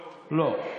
לא.